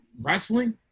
wrestling